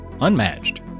Unmatched